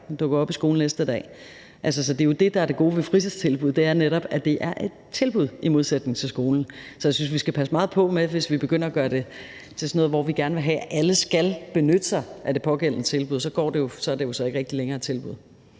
dukker op i skolen næste dag. Så det, der er det gode ved fritidstilbud, er netop, at det er et tilbud i modsætning til skolen. Så jeg synes, vi skal passe meget på, hvis vi begynder at gøre det til sådan noget, hvor vi gerne vil have, at alle skal benytte sig af det pågældende tilbud, for så er det jo ikke rigtig noget tilbud